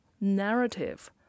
narrative